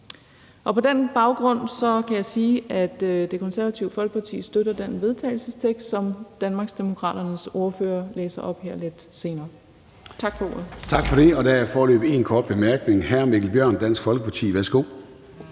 På den baggrund kan jeg sige, at Det Konservative Folkeparti støtter den vedtagelsestekst, som Danmarksdemokraternes ordfører læser op her lidt senere. Tak for ordet. Kl. 16:19 Formanden (Søren Gade): Tak for det. Der er foreløbig én kort bemærkning, og den er fra Hr. Mikkel Bjørn, Dansk Folkeparti. Værsgo.